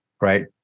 right